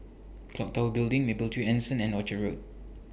Clock Tower Building Mapletree Anson and Orchard Road